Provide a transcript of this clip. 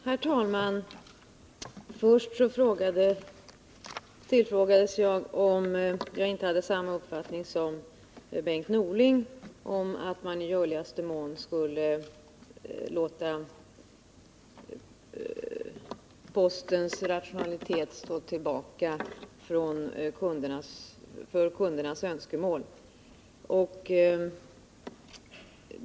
Herr talman! Till att börja med tillfrågades jag om jag inte hade samma uppfattning som Bengt Norling, att man i görligaste mån skulle låta postens rationalitet stå tillbaka för kundernas önskemål.